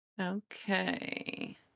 okay